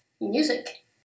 music